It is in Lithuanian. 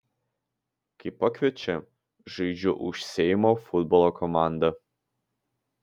kai pakviečia žaidžiu už seimo futbolo komandą